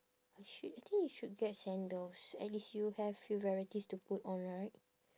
you should I think you should get sandals at least you have few varieties to put on right